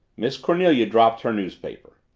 miss cornelia dropped her newspaper.